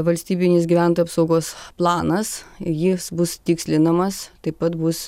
valstybinės gyventojų apsaugos planas jis bus tikslinamas taip pat bus